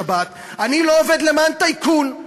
אני לא עובד למען טייקון.